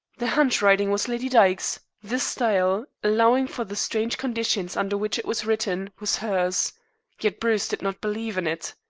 the handwriting was lady dyke's the style, allowing for the strange conditions under which it was written, was hers yet bruce did not believe in it.